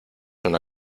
una